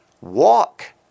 walk